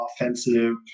offensive